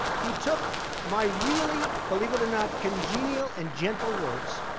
he took my really believe it or not congenial and gentle words,